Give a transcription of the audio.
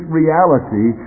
reality